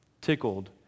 tickled